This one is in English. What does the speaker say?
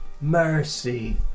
mercy